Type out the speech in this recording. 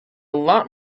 lot